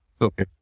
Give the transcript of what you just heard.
okay